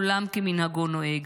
עולם כמנהגו נוהג.